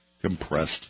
compressed